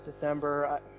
December